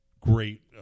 great